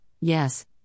yes